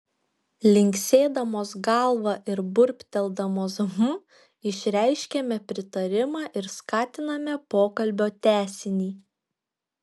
linksėdamos galvą ir burbteldamos hm išreiškiame pritarimą ir skatiname pokalbio tęsinį